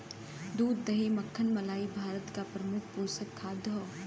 दूध दही मक्खन मलाई भारत क प्रमुख पोषक खाद्य हौ